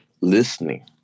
listening